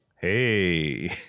Hey